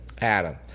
Adam